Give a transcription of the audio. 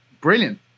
brilliant